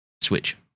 Switch